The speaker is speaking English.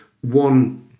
one